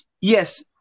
yes